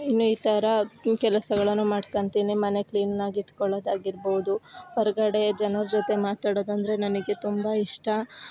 ಇನ್ನು ಈ ಥರ ಕೆಲಸಗಳನ್ನು ಮಾಡ್ಕೋತೀನಿ ಮನೆ ಕ್ಲೀನಾಗಿ ಇಟ್ಕೊಳ್ಳೋದು ಆಗಿರ್ಬೋದು ಹೊರಗಡೆ ಜನರ ಜೊತೆ ಮಾತಾಡೋದು ಅಂದರೆ ನನಗೆ ತುಂಬ ಇಷ್ಟ